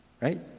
Right